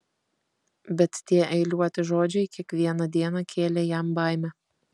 bet tie eiliuoti žodžiai kiekvieną dieną kėlė jam baimę